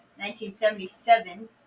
1977